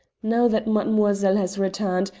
now that mademoiselle has returned,